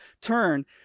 turn